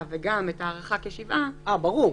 ימים וגם את ההארכה כשבעה ימים --- ברור.